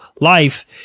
life